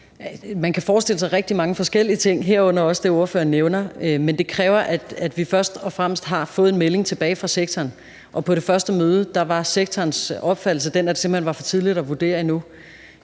Man kan forestille sig rigtig mange forskellige ting, herunder også det, spørgeren nævner. Men det kræver, at vi først og fremmest har fået en melding tilbage fra sektoren. Og på det første møde var sektorens opfattelse den, at det simpelt hen var for tidligt at vurdere endnu.